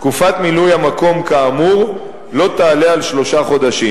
תקופת מילוי המקום כאמור לא תעלה על שלושה חודשים.